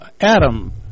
Adam